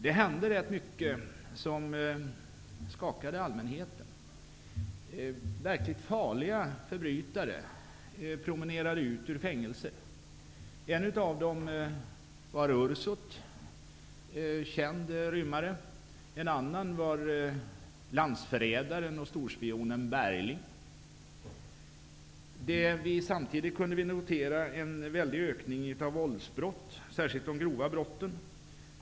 Det hände rätt mycket som skakade allmänheten. Verkligt farliga förbrytare promenerade ut ur fängelset. En av dem var Ursut, känd rymmare. En annan var landsförrädaren och storspionen Bergling. Samtidigt kunde vi notera en väldig ökning av antalet våldsbrott, särskilt de grova brotten.